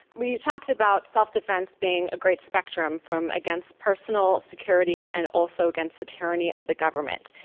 when you talked about self-defense being a great spectrum from against personal security and also against the tyranny of the government,